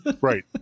Right